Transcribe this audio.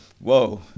whoa